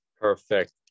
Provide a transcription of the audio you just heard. perfect